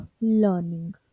learning